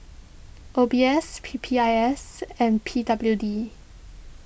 O B S P P I S and P W D